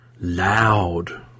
loud